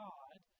God